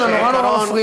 אתה נורא נורא מפריע.